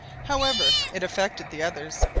however it affected the others.